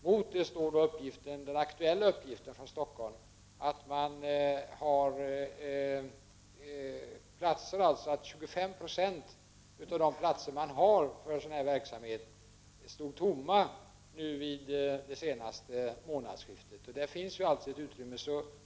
Mot det står den aktuella uppgiften från Stockholm att 25 96 av de platser man har för sådan här verksamhet stod tomma vid senaste månadsskiftet. Där finns alltså ett utrymme.